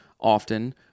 often